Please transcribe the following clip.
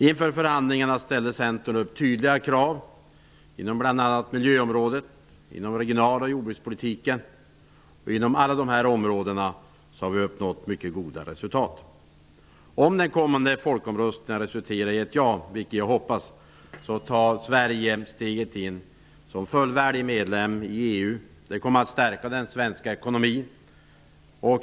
Inför förhandlingarna ställde Centern upp tydliga krav inom bl.a. miljöområdet och regional och jordbrukspolitiken. Inom alla dessa områden har mycket goda resultat uppnåtts. Om den kommande folkomröstningen resulterar i ett ja -- vilket jag hoppas -- tar Sverige steget in som fullvärdig medlem i EU. Det kommer att stärka den svenska ekonomin.